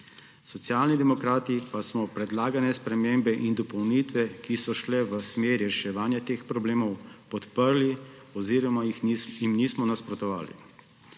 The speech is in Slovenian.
Socialni demokrati pa smo predlagane spremembe in dopolnitve, ki so šle v smeri reševanja teh problemov, podprli oziroma jim nismo nasprotovali.